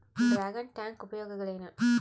Dragon tank ಉಪಯೋಗಗಳೇನು?